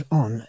on